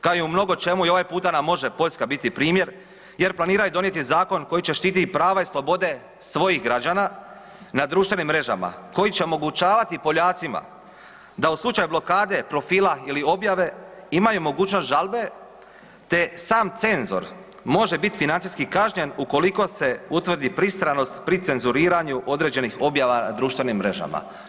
Kao i u mnogočemu, i ovaj puta nam može Poljska biti primjer jer planiraju donijeti zakon koji će štititi prava i slobode svojih građana na društvenim mrežama koji će omogućavati Poljacima da u slučaju blokade profila ili objave, imaju mogućnost žalbe te sam senzor može biti financijski kažnjen ukoliko se utvrdi pristranost pri cenzuriranju određenih objava na društvenim mrežama.